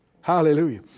Hallelujah